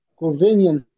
convenient